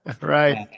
Right